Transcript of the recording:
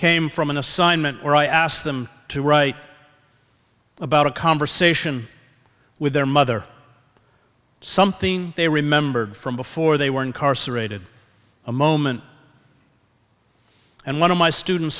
came from an assignment where i asked them to write about a conversation with their mother something they remembered from before they were incarcerated a moment and one of my students